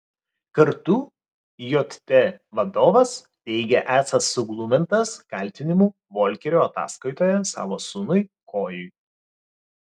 kartu jt vadovas teigė esąs suglumintas kaltinimų volkerio ataskaitoje savo sūnui kojui